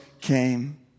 came